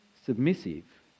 submissive